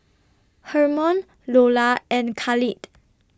Hermon Loula and Khalid